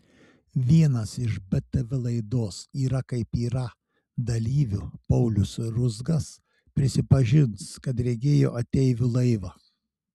vienas iš btv laidos yra kaip yra dalyvių paulius ruzgas prisipažins kad regėjo ateivių laivą